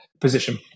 position